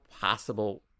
possible